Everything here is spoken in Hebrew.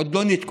עוד לא ניתקו,